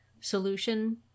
solution